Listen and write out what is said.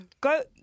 Go